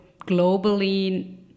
globally